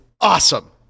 awesome